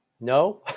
No